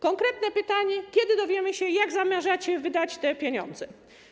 Konkretne pytanie: Kiedy dowiemy się, jak zamierzacie wydać te pieniądze?